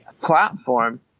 platform